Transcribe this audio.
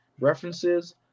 references